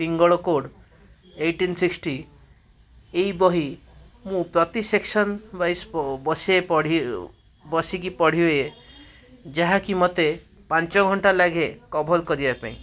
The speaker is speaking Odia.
ପିଙ୍ଗଳ କୋଡ଼୍ ଏଇଟିନ୍ ସିକ୍ସଟି ଏଇ ବହି ମୁଁ ପ୍ରତି ସେକ୍ସନ୍ ୱାଇଜ୍ ବସିକି ପଢ଼େ ଯାହାକି ମୋତେ ପାଞ୍ଚଘଣ୍ଟା ଲାଗେ କଭର୍ କରିବା ପାଇଁ